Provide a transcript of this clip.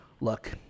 look